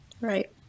right